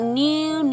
new